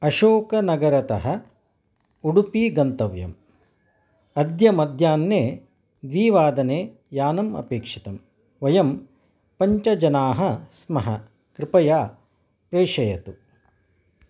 अशोकनगरतः उडुपि गन्तव्यम् अद्य मध्याह्ने द्विवादने यानमपेक्षितं वयं पञ्च जनाः स्मः कृपया प्रेषयतु